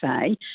say